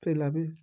ପିଲା ବି